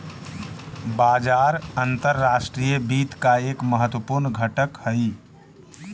बाजार अंतर्राष्ट्रीय वित्त का एक महत्वपूर्ण घटक हई